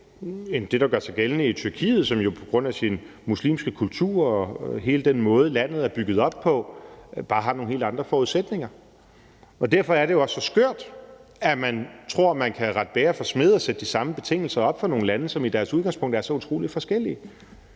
end det, der gør sig gældende i Tyrkiet, som jo på grund af sin muslimske kultur og hele den måde, landet er bygget op på, bare har nogle helt andre forudsætninger. Derfor er det også så skørt, at man tror, at man kan rette bager for smed og sætte de samme betingelser op for nogle lande, som i deres udgangspunkt er så utrolig forskellige.